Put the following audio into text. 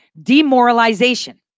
demoralization